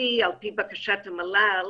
התגובתי על פי בקשת המל"ל